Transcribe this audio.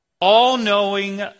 All-knowing